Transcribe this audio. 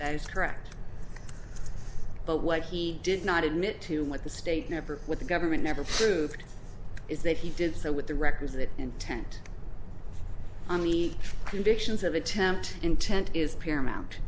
that is correct but what he did not admit to what the state never with the government never proved is that he did so with the requisite intent on the convictions of attempt intent is paramount